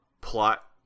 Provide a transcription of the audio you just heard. plot